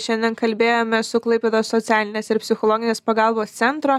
šiandien kalbėjome su klaipėdos socialinės ir psichologinės pagalbos centro